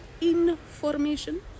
information